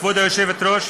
כבוד היושבת-ראש,